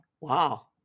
wow